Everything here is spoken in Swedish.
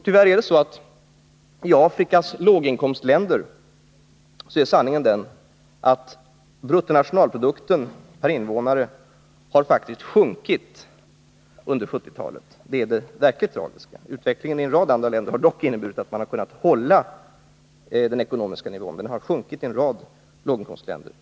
Tyvärr är sanningen i Afrikas låginkomstländer den att bruttonationalprodukten per invånare faktiskt har sjunkit under 1970-talet. Det är det verkligt tragiska. Utvecklingen i en rad andra länder har dock inneburit att man kunnat hålla den ekonomiska standarden, medan den sjunkit i många låginkomstländer.